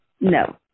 no